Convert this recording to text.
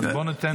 אז בואי ניתן לו.